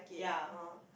yea